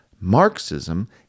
Marxism